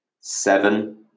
seven